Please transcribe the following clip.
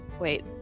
wait